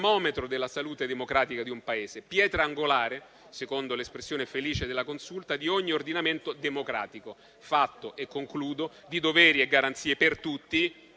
della salute democratica di un Paese, pietra angolare - secondo l'espressione felice della Consulta - di ogni ordinamento democratico fatto di doveri e garanzie per tutti